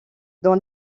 dans